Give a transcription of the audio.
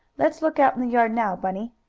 let's look out in the yard now, bunny.